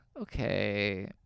okay